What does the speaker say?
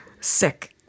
sick